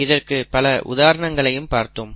இதற்கு பல உதாரணங்களையும் பார்த்தோம்